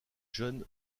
john